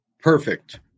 Perfect